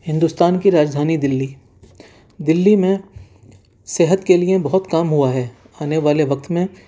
ہندوستان کی راجدھانی دلی دلی میں صحت کے لیے بہت کام ہوا ہے آنے والے وقت میں